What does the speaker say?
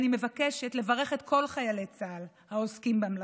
אני מבקשת לברך את כל חיילי צה"ל העוסקים במלאכה,